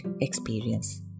experience